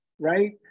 right